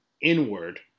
inward